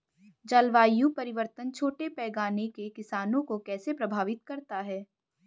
जलवायु परिवर्तन छोटे पैमाने के किसानों को कैसे प्रभावित करता है?